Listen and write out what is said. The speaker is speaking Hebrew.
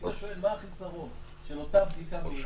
אם אתה שואל מה החיסרון של אותה בדיקה מהירה